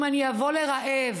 אם אני אבוא לרעב